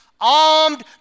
armed